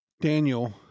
Daniel